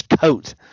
coat